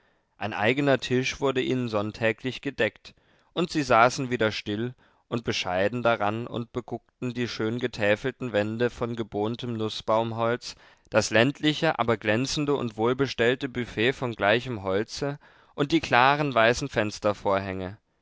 ein eigener tisch wurde ihnen sonntäglich gedeckt und sie saßen wieder still und bescheiden daran und beguckten die schöngetäfelten wände von gebohntem nußbaumholz das ländliche aber glänzende und wohlbestellte büfett von gleichem holze und die klaren weißen